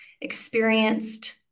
experienced